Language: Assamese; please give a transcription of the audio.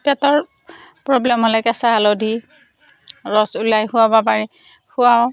পেটৰ প্ৰবলেম হ'লে কেঁচা হালধিৰ ৰস ওলাই খুৱাব পাৰি খুৱাওঁ